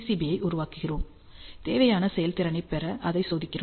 பியை உருவாக்குகிறோம் தேவையான செயல்திறனைப் பெற அதை சோதிக்கிறோம்